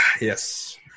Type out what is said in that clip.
Yes